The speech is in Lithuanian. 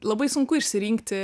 labai sunku išsirinkti